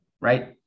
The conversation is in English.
right